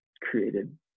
created